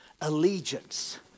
Allegiance